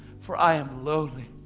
for i am lowly,